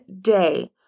day